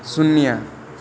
शून्य